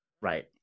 right